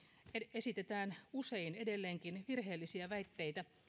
esitetään usein edelleenkin virheellisiä väitteitä